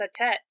Satet